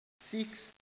Six